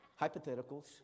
Hypotheticals